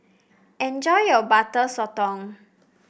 enjoy your Butter Sotong